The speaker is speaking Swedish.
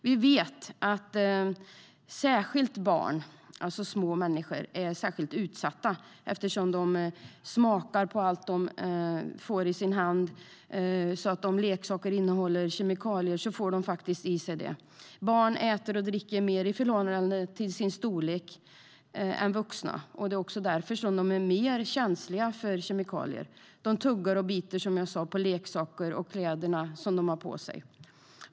Vi vet att barn, alltså små människor, är särskilt utsatta eftersom de smakar på allt de får i sina händer. Om leksaker innehåller kemikalier får de i sig dem. Barn äter och dricker mer än vuxna i förhållande till sin storlek, och därför är de också mer känsliga för kemikalier. De tuggar och biter i leksaker och i kläder som de har på sig.